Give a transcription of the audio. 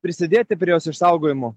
prisidėti prie jos išsaugojimo